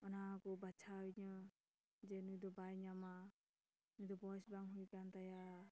ᱚᱱᱟ ᱦᱚᱸᱠᱚ ᱵᱟᱪᱷᱟᱣ ᱤᱧᱟᱹ ᱡᱮ ᱱᱩᱭ ᱫᱚ ᱵᱟᱭ ᱧᱟᱢᱟ ᱱᱩᱭ ᱫᱚ ᱵᱚᱭᱮᱥ ᱵᱟᱝ ᱦᱩᱭ ᱟᱠᱟᱱ ᱛᱟᱭᱟ